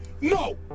no